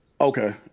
Okay